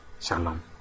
Shalom